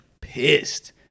pissed